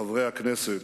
חברי הכנסת,